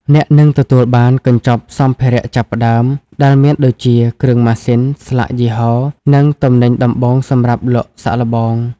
អ្នកនឹងទទួលបាន "កញ្ចប់សម្ភារៈចាប់ផ្ដើម" ដែលមានដូចជា គ្រឿងម៉ាស៊ីន ស្លាកយីហោ និងទំនិញដំបូងសម្រាប់លក់សាកល្បង។